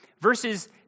Verses